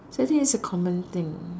so I think it's a common thing